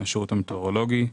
השירות המטאורולוגי.